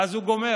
ואז הוא גומר.